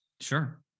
Sure